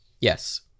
yes